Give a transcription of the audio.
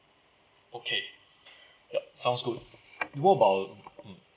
okay ya sounds good what about mm